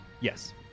Yes